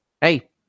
hey